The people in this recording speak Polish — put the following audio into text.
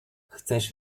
chcesz